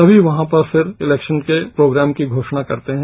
तभी कहां पर फिर इलेक्सन के प्रोग्राम की घोषणा करते हैं